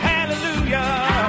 Hallelujah